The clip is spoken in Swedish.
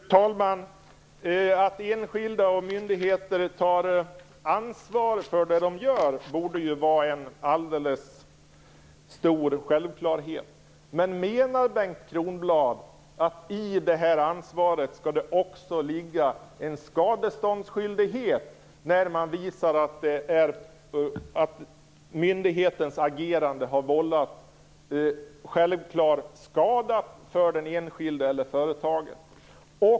Fru talman! Att enskilda och myndigheter tar ansvar för det som de gör borde vara en självklarhet, men menar Bengt Kronblad att det i det här ansvaret också skall ligga en skadeståndsskyldighet när myndighetens agerande har vållat självklar skada för den enskilde eller företaget?